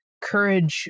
courage